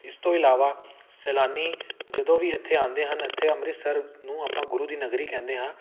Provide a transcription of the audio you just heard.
ਇਸ ਤੋਂ ਇਲਾਵਾ ਸੈਲਾਨੀ ਜਦੋਂ ਵੀ ਇੱਥੇ ਆਉਂਦੇ ਹਨ ਇੱਥੇ ਅੰਮ੍ਰਿਤਸਰ ਨੂੰ ਆਪਾਂ ਗੁਰੂ ਦੀ ਨਗਰੀ ਕਹਿੰਦੇ ਹਾਂ